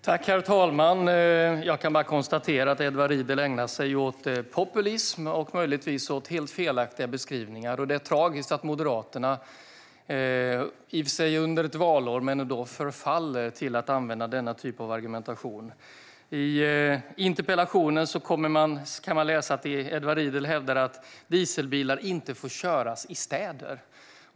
Herr talman! Jag kan bara konstatera att Edward Riedl ägnar sig åt populism och möjligtvis åt helt felaktiga beskrivningar. Det är tragiskt att Moderaterna - i och för sig under ett valår, men ändå - förfaller till att använda denna typ av argumentation. I interpellationen kan man läsa att Edward Riedl hävdar att dieselbilar inte får köras i städer.